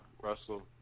Russell